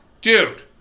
Dude